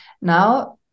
now